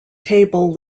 table